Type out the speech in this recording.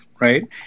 right